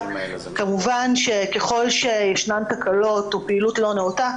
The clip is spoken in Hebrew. כמובן שככל שיש תקלות או פעילות לא נאותה,